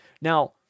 Now